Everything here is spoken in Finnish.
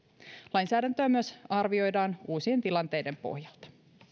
lainsäädäntöä myös arvioidaan uusien tilanteiden pohjalta